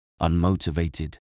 unmotivated